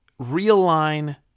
realign